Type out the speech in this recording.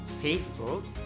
Facebook